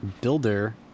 builder